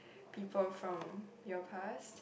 people from your past